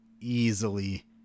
easily